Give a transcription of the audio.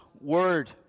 word